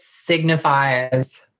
signifies